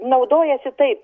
naudojasi taip